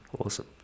awesome